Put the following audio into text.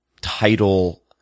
title